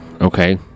Okay